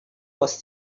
was